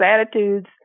attitudes